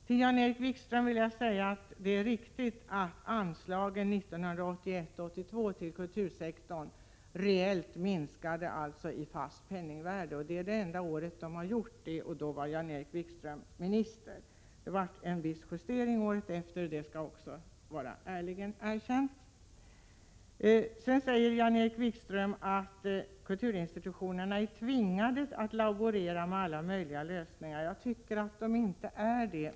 Till Jan-Erik Wikström vill jag säga att det är riktigt att anslagen till kultursektorn 1981—1982 minskade rejält, i fast penningvärde. Det är enda gången det har hänt, och vid den tidpunkten var Jan-Erik Wikström minister. Året därefter förekom en viss justering, det skall ärligt erkännas. Jan-Erik Wikström säger vidare att kulturinstitutionerna är tvingade att laborera med alla möjliga lösningar. Jag tycker inte att de är det.